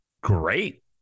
great